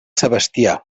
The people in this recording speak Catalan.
sebastià